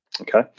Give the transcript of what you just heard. okay